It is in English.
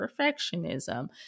perfectionism